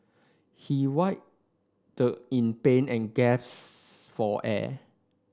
he writhed in pain and for air